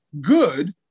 good